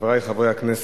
חברי חברי הכנסת,